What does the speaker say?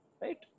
Right